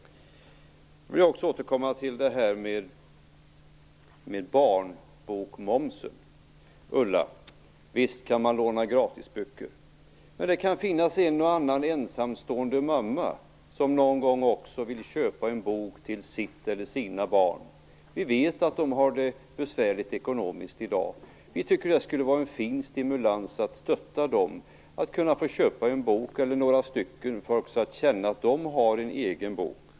Jag vill också återkomma till barnboksmomsen. Visst kan man låna böcker gratis, Ulla Rudin. Men det kan finnas en och annan ensamstående mamma som någon gång också vill köpa en bok till sitt eller sina barn. Vi vet att de har det besvärligt ekonomiskt i dag. Vi tycker att det skulle vara en fin stimulans att stötta dem så att de kan köpa en eller några böcker, så att också deras barn kan få känna att de har en egen bok.